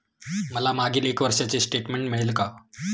मला मागील एक वर्षाचे स्टेटमेंट मिळेल का?